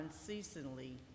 unceasingly